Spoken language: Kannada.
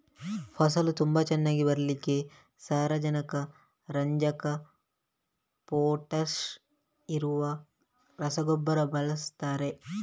ಫಸಲು ತುಂಬಾ ಚೆನ್ನಾಗಿ ಬರ್ಲಿಕ್ಕೆ ಸಾರಜನಕ, ರಂಜಕ, ಪೊಟಾಷ್ ಇರುವ ರಸಗೊಬ್ಬರ ಬಳಸ್ತಾರೆ